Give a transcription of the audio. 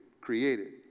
created